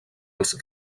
els